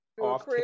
off